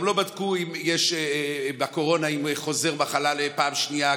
גם לא בדקו בקורונה אם המחלה חוזרת פעם שנייה.